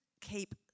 keep